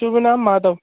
शुभ नाम माधव